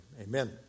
Amen